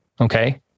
Okay